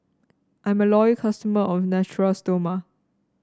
I'm a loyal customer of Natura Stoma